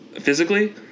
physically